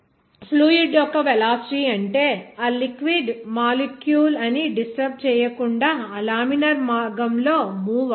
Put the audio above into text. fluid యొక్క velocity అంటే ఆ లిక్విడ్ మాలిక్యూల్ ని డిస్టర్బ్ చేయకుండా ఆ లామినార్ మార్గం లో మూవ్ అవదు